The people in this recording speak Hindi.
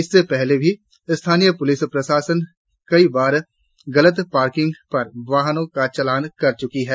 इससे पहले भी स्थानीय पुलिस प्रशासन कई बार गलत पार्किंग पर वाहनों का चालान कर चुका है